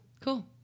cool